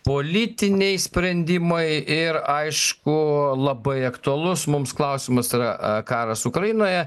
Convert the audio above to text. politiniai sprendimai ir aišku labai aktualus mums klausimas yra karas ukrainoje